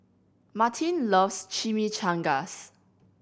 Martine loves Chimichangas